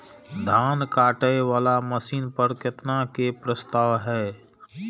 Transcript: धान काटे वाला मशीन पर केतना के प्रस्ताव हय?